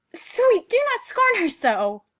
sweet, do not scorn her so.